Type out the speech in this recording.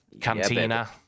Cantina